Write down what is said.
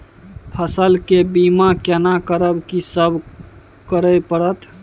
फसल के बीमा केना करब, की सब करय परत?